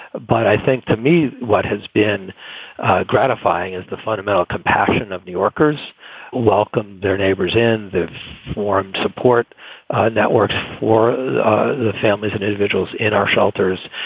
but i think to me, what has been gratifying is the fundamental compassion of new yorkers welcomed their neighbors in the form support networks for the families and individuals in our shelters.